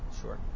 Sure